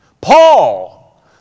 Paul